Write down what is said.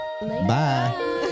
Bye